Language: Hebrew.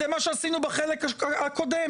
זה מה שעשינו בחלק הקודם.